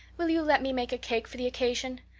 will you let me make a cake for the occasion?